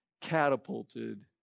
catapulted